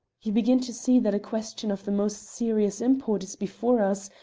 you begin to see that a question of the most serious import is before us,